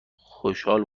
خشحال